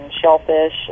shellfish